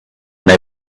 they